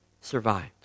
survived